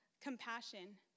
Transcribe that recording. compassion